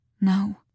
No